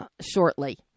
shortly